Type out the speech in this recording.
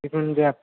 जिखुनुजाया